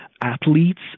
athletes